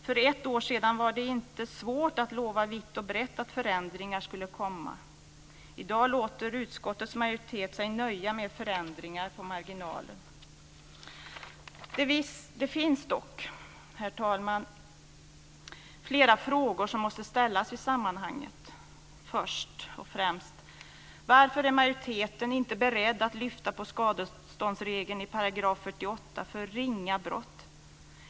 För ett år sedan var det inte svårt att lova vitt och brett att förändringar skulle komma. I dag låter utskottets majoritet sig nöja med förändringar på marginalen. Det finns dock, herr talman, flera frågor som måste ställas i sammanhanget. För det första: Varför är majoriteten inte beredd att lyfta på skadeståndsregeln i § 48 för ringa brott?